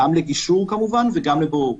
גם לגישור כמובן וגם לבוררות.